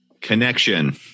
Connection